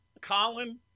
Colin